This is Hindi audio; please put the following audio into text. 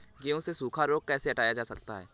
गेहूँ से सूखा रोग कैसे हटाया जा सकता है?